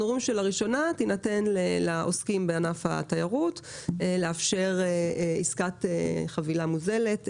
לראשונה תינתן לעוסקים בענף התיירות אפשרות להציע חבילה מוזלת,